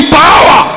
power